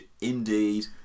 indeed